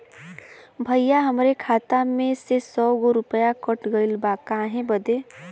भईया हमरे खाता में से सौ गो रूपया कट गईल बा काहे बदे?